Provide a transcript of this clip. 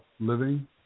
Living